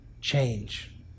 change